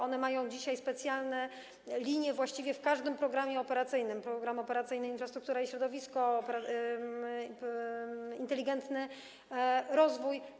One mają dzisiaj specjalne linie właściwie w każdym programie operacyjnym, w Programie Operacyjnym „Infrastruktura i środowisko”, w Programie Operacyjnym „Inteligentny rozwój”